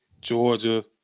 Georgia